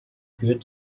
good